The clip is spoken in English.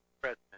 President